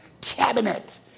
cabinet